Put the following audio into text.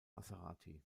maserati